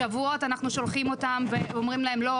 שבועות אנחנו שולחים אותם ואומרים להם 'לא,